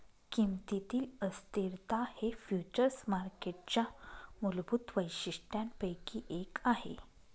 किमतीतील अस्थिरता हे फ्युचर्स मार्केटच्या मूलभूत वैशिष्ट्यांपैकी एक आहे